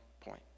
point